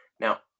Now